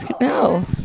no